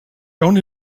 only